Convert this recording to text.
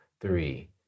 three